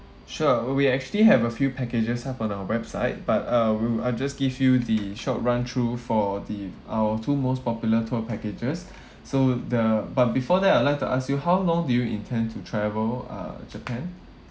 sure we actually have a few packages up on our website but uh we I'll just give you the short run through for the our two most popular tour packages so the but before that I'd like to ask you how long do you intend to travel uh japan